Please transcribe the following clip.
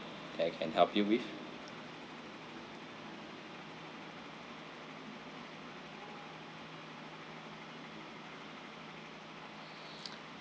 that I can help you with